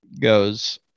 goes